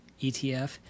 ETF